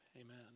amen